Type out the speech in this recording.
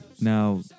now